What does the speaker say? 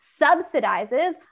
subsidizes